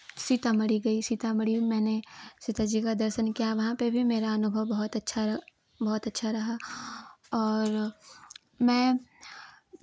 सीतामढ़ी गई सीतामढ़ी में मैंने सीता जी का दर्शन किया वहाँ पे भी मेरा अनुभव बहुत अच्छा बहुत अच्छा रहा और मैं